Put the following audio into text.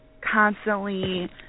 constantly